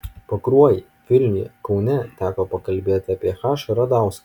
pakruojy vilniuj kaune teko pakalbėti apie h radauską